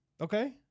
Okay